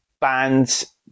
bands